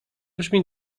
brzmi